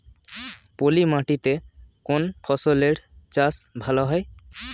পলি মাটিতে কোন ফসলের চাষ ভালো হয়?